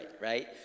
right